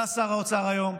אתה שר האוצר היום.